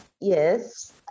Yes